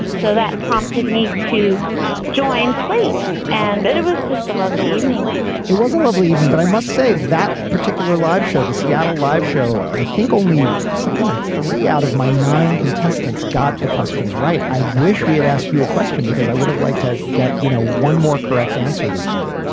so that prompted me to join slate and bet it was just a lovely evening it was a lovely evening. but i must say, that particular live show, the seattle live show, i think only something like three out of my nine contestants got the questions right. i wish we had asked you a question, because i would have liked to get, you know, one more correct answer that night